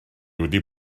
wedi